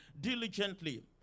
diligently